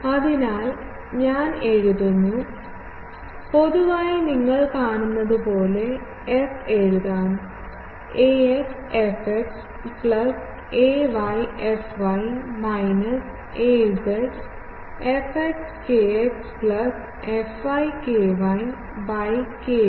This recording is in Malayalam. അതിനാൽ ഞാൻ എഴുതുന്നു പൊതുവായി നിങ്ങൾ കാണുന്നതുപോലെ എഫ് എഴുതാം ax fx plus ay fy minus az fx kx plus fy ky by kz